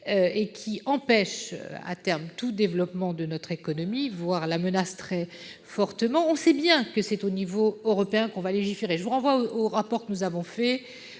qui empêchent tout développement à terme de notre économie, voire la menacent très fortement. On sait bien que c'est au niveau européen qu'il faut légiférer. Je vous renvoie au rapport fait